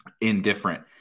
indifferent